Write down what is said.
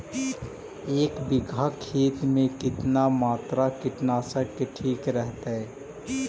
एक बीघा खेत में कितना मात्रा कीटनाशक के ठिक रहतय?